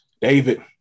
David